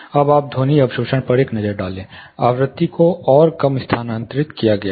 अब आप ध्वनि अवशोषण पर एक नज़र डालें आवृत्ति को और कम स्थानांतरित किया गया है